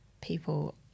people